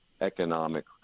economic